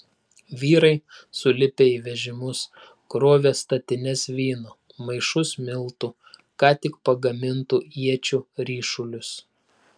vyrai sulipę į vežimus krovė statines vyno maišus miltų ką tik pagamintų iečių ryšulius